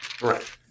Right